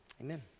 amen